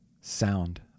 sound